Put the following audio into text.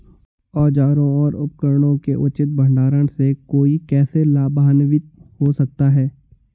औजारों और उपकरणों के उचित भंडारण से कोई कैसे लाभान्वित हो सकता है?